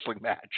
match